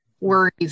worries